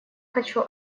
хочу